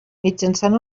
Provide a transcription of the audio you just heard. mitjançant